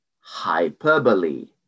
Hyperbole